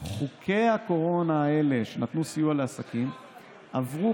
חוקי הקורונה האלה שנתנו סיוע לעסקים עברו